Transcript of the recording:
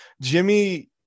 Jimmy